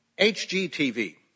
HGTV